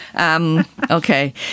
Okay